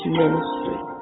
ministry